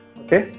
okay